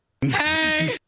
Hey